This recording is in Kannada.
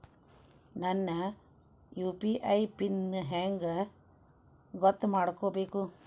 ನನ್ನ ಯು.ಪಿ.ಐ ಪಿನ್ ಹೆಂಗ್ ಗೊತ್ತ ಮಾಡ್ಕೋಬೇಕು?